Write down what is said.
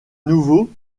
nouveau